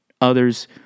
Others